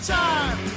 time